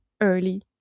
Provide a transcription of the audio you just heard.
early